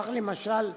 כך, למשל,